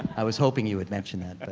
i was hoping you would mention that.